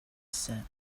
said